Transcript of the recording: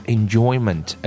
enjoyment